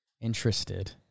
Interested